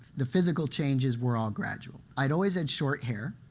the physical changes were all gradual. i'd always had short hair,